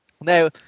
Now